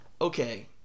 okay